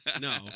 No